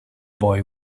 boy